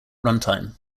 runtime